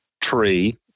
tree